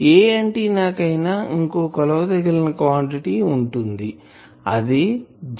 ఏ antenna కి అయినా ఇంకో కొలవదగిన క్వాంటిటీ వుంది అంటే అది G